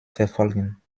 verfolgen